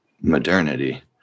modernity